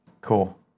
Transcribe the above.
Cool